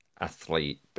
athlete